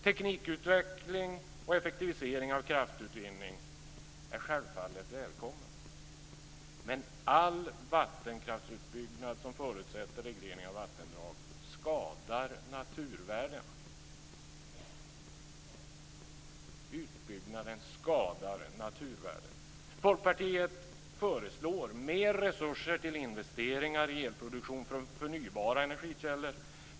Teknikutveckling och effektivisering av kraftutvinning är självfallet välkomna. Men all vattenkraftsutbyggnad som förutsätter reglering av vattendrag skadar naturvärden. Utbyggnaden skadar naturvärden. Folkpartiet föreslår mer resurser till investeringar i elproduktion från förnybara energikällor.